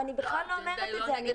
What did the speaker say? אני בכלל לא אומרת את זה.